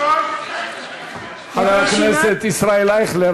חבר הכנסת ישראל אייכלר,